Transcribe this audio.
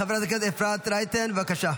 חברת הכנסת אפרת רייטן, בבקשה.